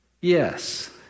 yes